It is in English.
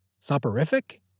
Soporific